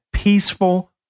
Peaceful